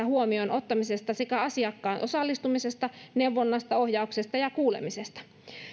huomioonottamisesta sekä asiakkaan osallistumisesta neuvonnasta ohjauksesta ja kuulemisesta